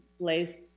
blazed